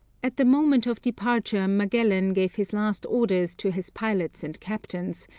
at the moment of departure magellan gave his last orders to his pilots and captains,